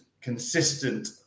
consistent